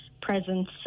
presence